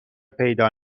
پیدا